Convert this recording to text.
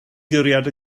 guriad